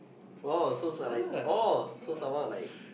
oh so is a like ah so some more like